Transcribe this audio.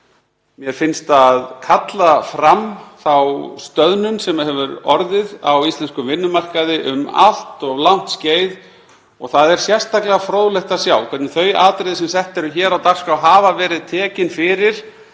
Mér finnst það kalla fram þá stöðnun sem hefur orðið á íslenskum vinnumarkaði um allt of langt skeið og það er sérstaklega fróðlegt að sjá hvernig þau atriði sem sett eru hér á dagskrá hafa verið tekin fyrir